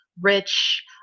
rich